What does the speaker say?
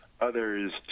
others